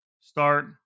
start